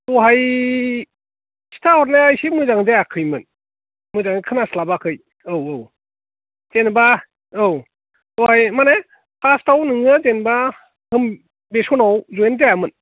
दहाय खिन्थाहरनाया एसे मोजां जायाखैमोन मोजाङै खोनास्लाबाखै औ औ जेनेबा औ दहाय माने फार्स्ट आव नोङो जेनेबा बबे स'नआव जइन जायामोन